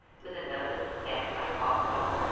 with a nervous step i passed on,